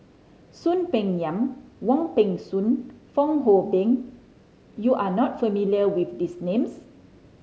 Soon Peng Yam Wong Peng Soon Fong Hoe Beng you are not familiar with these names